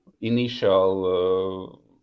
initial